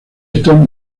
están